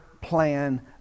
plan